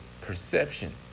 perception